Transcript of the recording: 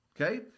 Okay